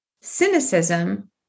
cynicism